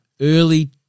early